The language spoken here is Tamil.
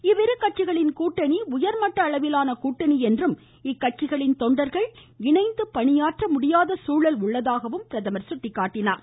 இவ்விரு கட்சிகளின் கூட்டணி உயர்மட்ட அளவிலான கூட்டணி என்றும் இக்கட்சிகளின் தொண்டர்கள் இணைந்து பணியாற்ற முடியாத சூழல் உள்ளதாகவும் அவர் சுட்டிக்காட்டினார்